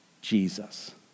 Jesus